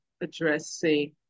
addressing